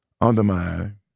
undermine